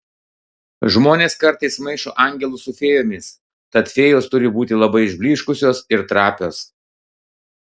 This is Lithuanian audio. žmonės kartais maišo angelus su fėjomis tad fėjos turi būti labai išblyškusios ir trapios